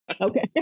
Okay